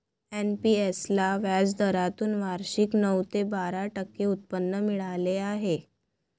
NPS ला व्याजदरातून वार्षिक नऊ ते बारा टक्के उत्पन्न मिळाले आहे